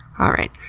all right.